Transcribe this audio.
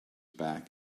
back